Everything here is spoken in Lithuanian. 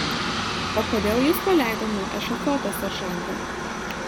o kodėl jus paleido nuo ešafoto seržante